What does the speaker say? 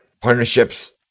partnerships